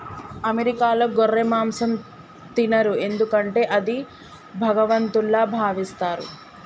అమెరికాలో గొర్రె మాంసం తినరు ఎందుకంటే అది భగవంతుల్లా భావిస్తారు